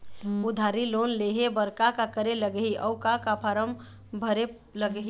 उधारी लोन लेहे बर का का करे लगही अऊ का का फार्म भरे लगही?